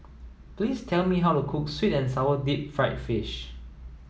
please tell me how to cook sweet and sour deep fried fish